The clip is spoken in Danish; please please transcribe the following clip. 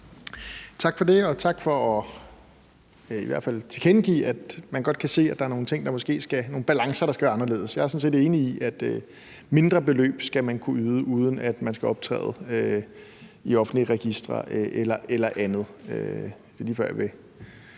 Tak for det. Og tak for i hvert fald at tilkendegive, at man godt kan se, at der er nogle balancer, der skal være anderledes. Jeg er sådan set enig i, at man skal kunne yde mindre beløb, uden at man skal optræde i offentlige registre eller andet. Det er lige før, jeg